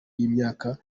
y’imyaka